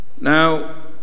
Now